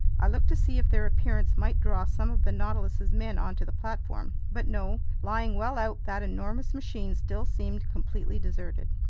i looked to see if their appearance might draw some of the nautilus's men onto the platform. but no. lying well out, that enormous machine still seemed completely deserted.